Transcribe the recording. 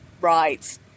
right